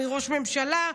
מראש הממשלה,